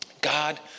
God